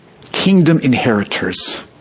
kingdom-inheritors